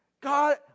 God